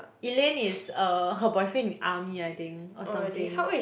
Elaine is uh her boyfriend in army I think or something